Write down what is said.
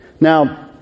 Now